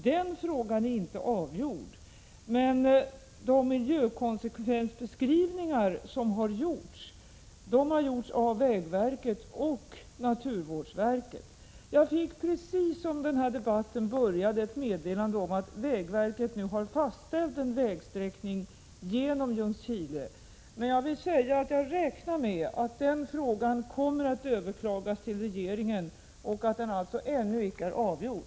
Den frågan är inte avgjord, men de miljökonsekvensbeskrivningar som gjorts har utförts av vägverket och naturvårdsverket. Jag fick precis innan den här debatten började ett meddelande om att vägverket nu har fastställt en vägsträckning genom Ljungskile. Men jag räknar med att den frågan kommer att bli föremål för överklagande hos regeringen och att den alltså ännu icke är avgjord.